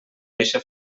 eixa